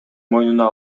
мойнуна